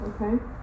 okay